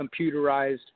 computerized